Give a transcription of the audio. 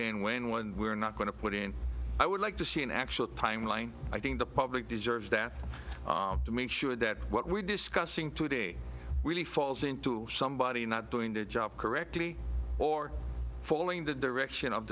in when one we're not going to put in i would like to see an actual timeline i think the public deserves that to make sure that what we're discussing today really falls into somebody not doing their job correctly or following the direction of